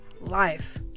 life